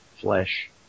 flesh